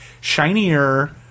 shinier